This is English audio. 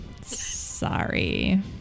sorry